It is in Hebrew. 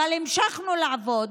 אבל המשכנו לעבוד,